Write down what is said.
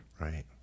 Right